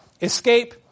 escape